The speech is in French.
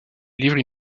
livrent